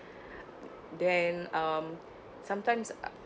then um sometimes